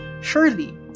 Surely